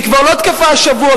היא כבר לא תקפה השבוע,